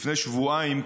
לפני שבועיים כינסתי,